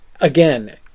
Again